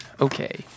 Okay